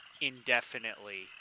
indefinitely